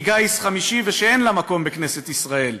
שהיא גיס חמישי ושאין לה מקום בכנסת ישראל.